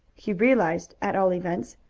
he realized, at all events,